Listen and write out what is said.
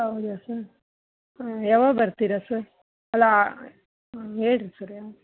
ಹೌದಾ ಸರ್ ಯಾವಾಗ ಬರ್ತೀರಾ ಸರ್ ಅಲ್ಲ ಆಂ ಹೇಳಿರಿ ಸರ್